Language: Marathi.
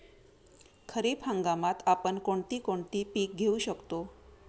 खरीप हंगामात आपण कोणती कोणती पीक घेऊ शकतो?